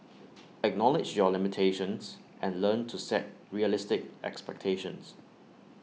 acknowledge your limitations and learn to set realistic expectations